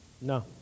No